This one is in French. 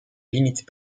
limite